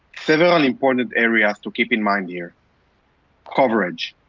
several and important areas to keep in mind here coverage.